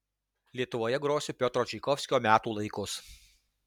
lietuvoje grosiu piotro čaikovskio metų laikus